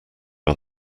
are